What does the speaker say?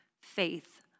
faith